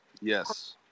Yes